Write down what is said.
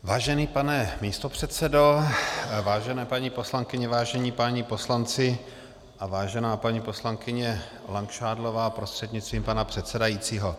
Vážený pane místopředsedo, vážené paní poslankyně, vážení páni poslanci a vážená paní poslankyně Langšádlová prostřednictvím pana předsedajícího.